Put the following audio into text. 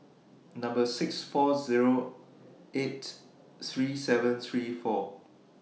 six four Zero eight three seven three four